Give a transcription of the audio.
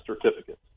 certificates